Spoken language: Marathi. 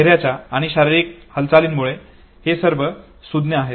चेहऱ्याच्या आणि शारिरीक हालचालींमुळे हे सर्व सुज्ञ आहेत